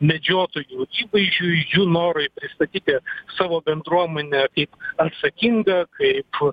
medžiotojų įvaizdžiui jų norui pristatyti savo bendruomenę kaip atsakingą kaip